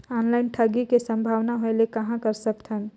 Online ठगी के संभावना होय ले कहां कर सकथन?